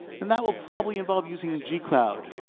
and that will probably involve using g cloud,